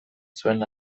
zuen